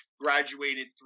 graduated